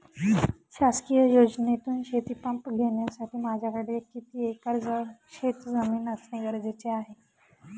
शासकीय योजनेतून शेतीपंप घेण्यासाठी माझ्याकडे किती एकर शेतजमीन असणे गरजेचे आहे?